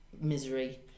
misery